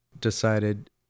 decided